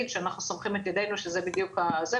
שאנחנו סומכים את ידינו שזה בדיוק זה.